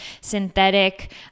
synthetic